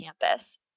campus